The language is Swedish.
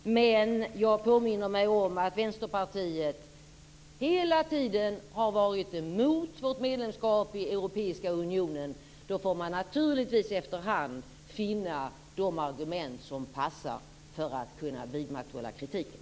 Men jag påminner mig om att Vänsterpartiet hela tiden har varit emot vårt medlemskap i Europeiska unionen, och då får man naturligtvis efter hand finna de argument som passar för att kunna vidmakthålla kritiken.